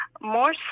more